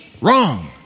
Wrong